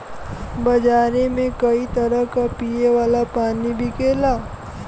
बजारे में कई तरह क पिए वाला पानी बिकला